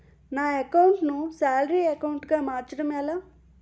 నా అకౌంట్ ను salary account గా మార్చటం ఎలా?